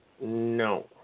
No